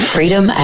Freedom